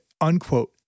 unquote